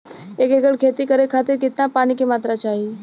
एक एकड़ खेती करे खातिर कितना पानी के मात्रा चाही?